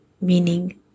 meaning